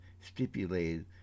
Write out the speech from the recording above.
stipulated